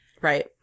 Right